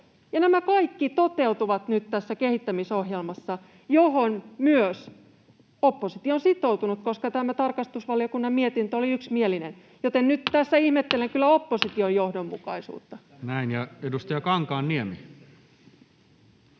Nämä kaikki toteutuvat nyt tässä kehittämisohjelmassa, johon myös oppositio on sitoutunut, koska tämä tarkastusvaliokunnan mietintö oli yksimielinen. Joten nyt tässä ihmettelen kyllä opposition epäjohdonmukaisuutta. [Speech 28] Speaker: